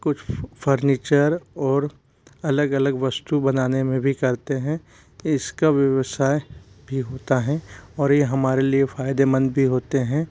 कुछ फर्नीचर और अलग अलग वस्तु बनाने में भी करते हैं इसका व्यवसाय भी होता हैं और यह हमारे लिए फ़ायदेमंद भी होते हैं